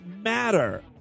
matter